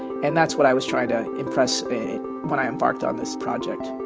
and that's what i was trying to impress when i embarked on this project